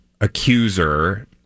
accuser